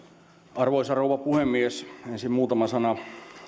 arvoisa rouva puhemies ensin muutama sana